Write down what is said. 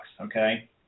okay